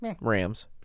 Rams